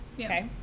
okay